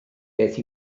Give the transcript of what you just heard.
beth